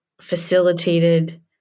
facilitated